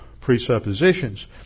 presuppositions